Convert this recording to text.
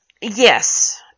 Yes